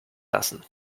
lassen